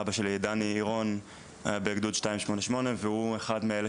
אבא שלי דני עירון היה בגדוד 288 והוא אחד מאלה